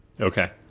okay